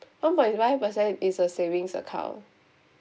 one point five per cent is a savings account